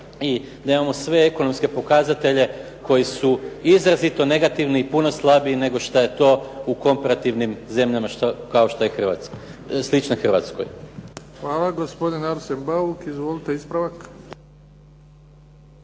i da imamo sve ekonomske pokazatelje koji su izrazito negativni i puno slabiji nego što je to u komparativnim zemljama kao što je Hrvatska, slične Hrvatskoj.